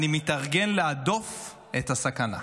אני מתארגן להדוף את הסכנה.